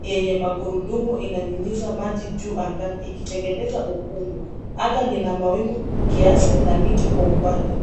yenye magurudumu inanyunyiza maji juu angani ikitengeneza ukungu. Anga lina mawingu kiasi na miti kwa umbali.